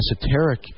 esoteric